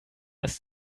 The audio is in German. ist